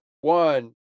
one